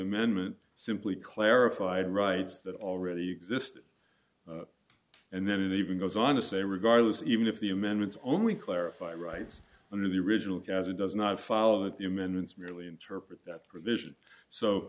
amendment simply clarified rights that already existed and then it even goes on to say regardless even if the amendments only clarify rights under the original gaz it does not follow that the amendments merely interpret that provision so